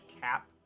cap